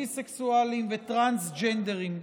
ביסקסואלים וטרנסג'נדרים.